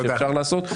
תודה,